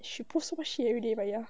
she put so much shit already but ya